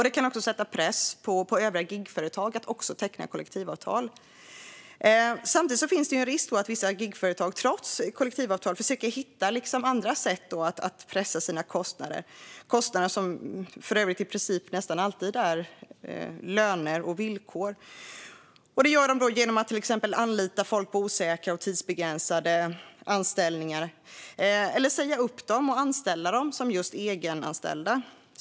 Det kan också sätta press på övriga gigföretag att teckna kollektivavtal. Samtidigt finns det en risk att vissa gigföretag, trots kollektivavtal, försöker hitta andra sätt att pressa sina kostnader, som för övrigt i princip nästan alltid är löner och villkor. De gör det genom att till exempel anlita folk på osäkra och tidsbegränsade anställningar eller genom att säga upp dem och anlita dem som just egenanställda.